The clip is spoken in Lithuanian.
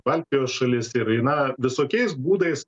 baltijos šalis ir ji na visokiais būdais